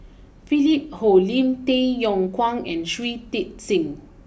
Philip Hoalim Tay Yong Kwang and Shui Tit sing